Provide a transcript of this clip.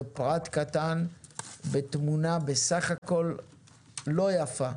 זה פרט קטן בתמונה שהיא בסך הכל לא יפה,